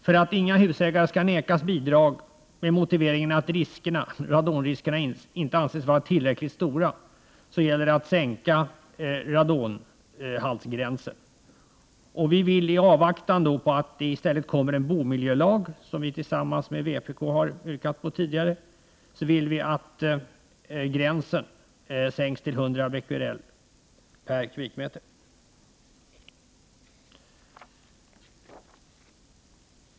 För att ingen husägare skall nekas bidrag med motiveringen att radonriskerna inte anses vara tillräckligt stora, gäller det att sänka radonhaltsgränsen. I avvaktan på att det kommer en bomiljölag, som vi tillsammans med vpk tidigare har begärt, vill vi att gränsen sänks till 100 becquerel per kubikmeter.